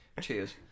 Cheers